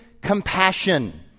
compassion